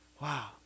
Wow